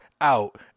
out